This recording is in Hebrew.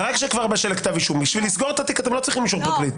בשביל לסגור את התיק אתם לא צריכים אישור פרקליט.